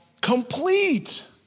complete